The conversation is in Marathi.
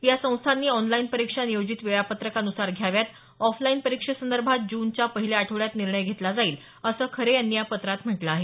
या संस्थांनी ऑनलाईन परिक्षा नियोजित वेळापत्रकानुसार घ्याव्या ऑफलाईन परिक्षेसंदर्भात जूनच्या पहिल्या आठवड्यात निर्णय घेतला जाईल असं खरे यांनी या पत्रात म्हटलं आहे